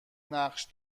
نقش